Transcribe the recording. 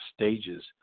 stages